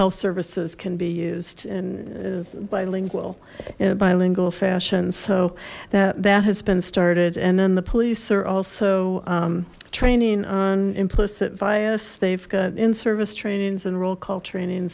health services can be used and is bilingual in a bilingual fashion so that that has been started and then the police are also training on implicit bias they've got in service trainings and roll call training